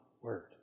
word